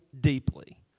deeply